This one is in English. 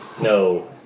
No